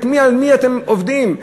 על מי אתם עובדים?